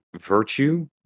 virtue